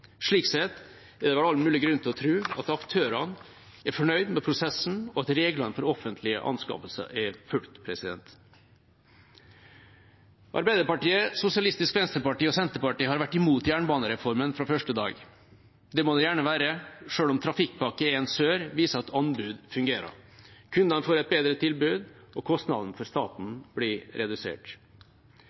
Slik sett er det all mulig grunn til å tro at aktørene er fornøyd med prosessen, og at reglene for offentlige anskaffelser er fulgt. Arbeiderpartiet, Sosialistisk Venstreparti og Senterpartiet har vært mot jernbanereformen fra første dag. Det må de gjerne være, selv om Trafikkpakke 1 Sør viser at anbud fungerer. Kundene får et bedre tilbud, og kostnaden for staten blir redusert.